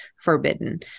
forbidden